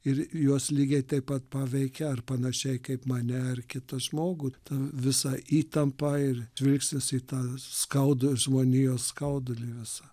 ir jos lygiai taip pat paveikia ar panašiai kaip mane ar kitą žmogų ta visa įtampa ir žvilgsnis į tą skaudų žmonijos skaudulį visą